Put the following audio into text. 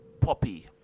poppy